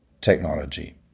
technology